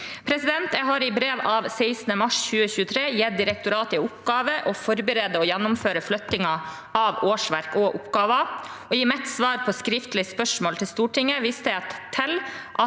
Jeg har i brev av 16. mars 2023 gitt direktoratene i oppgave å forberede og gjennomføre flyttingen av årsverk og oppgaver. I mitt svar på skriftlig spørsmål fra Stortinget viste jeg